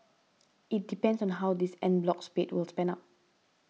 it depends on how this en bloc spate was pan out